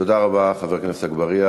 תודה רבה, חבר הכנסת אגבאריה.